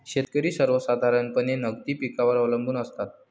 शेतकरी सर्वसाधारणपणे नगदी पिकांवर अवलंबून असतात